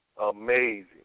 Amazing